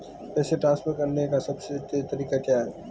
पैसे ट्रांसफर करने का सबसे तेज़ तरीका क्या है?